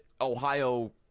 Ohio